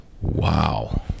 Wow